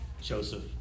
Joseph